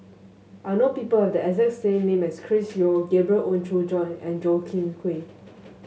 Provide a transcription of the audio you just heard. I know people who have the exact same name as Chris Yeo Gabriel Oon Chong Jin and Goh